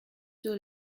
sur